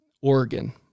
Oregon